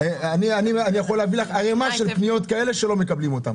אני יכול להביא לך ערימה של פניות כאלה שלא מקבלים אותן.